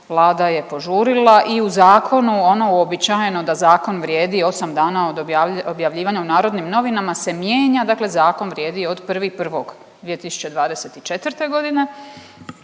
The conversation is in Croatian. Vlada je požurila i u zakonu ono uobičajeno da zakon vrijedi osam dana od objavljivanja u Narodnim novinama se mijenja dakle zakon vrijedi od 1.1.2024.g.,